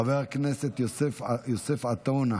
חבר הכנסת יוסף עטאונה,